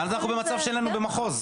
אז אנחנו במצב שאין לנו במחוז.